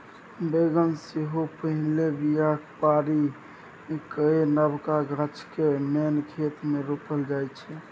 बेगन सेहो पहिने बीया पारि कए नबका गाछ केँ मेन खेत मे रोपल जाइ छै